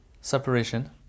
separation